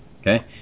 Okay